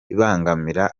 ibangamira